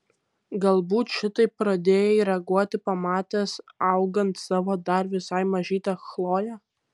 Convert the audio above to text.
galbūt šitaip pradėjai reaguoti pamatęs augant savo dar visai mažytę chloję